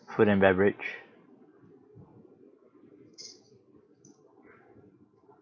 food and beverage